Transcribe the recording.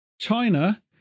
China